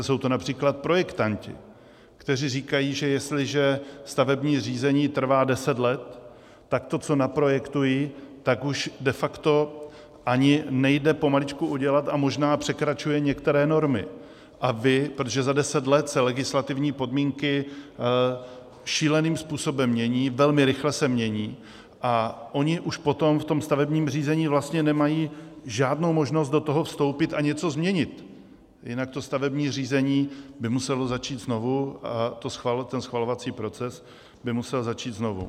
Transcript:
Jsou to například projektanti, kteří říkají, že jestliže stavební řízení trvá 10 let, tak to, co naprojektují, tak už de facto ani nejde pomaličku udělat a možná překračuje některé normy, protože za 10 let se legislativní podmínky šíleným způsobem mění, velmi rychle se mění, a oni už potom v tom stavebním řízení vlastně nemají žádnou možnost do toho vstoupit a něco změnit, jinak to stavební řízení by muselo začít znovu a ten schvalovací proces by musel začít znovu.